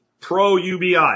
pro-UBI